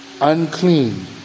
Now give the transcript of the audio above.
Unclean